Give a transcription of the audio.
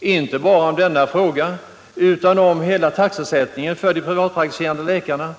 inte bara om denna fråga utan om hela taxesättningen för de privatpraktiserande läkarna.